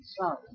sorry